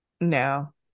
no